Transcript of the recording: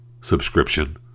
subscription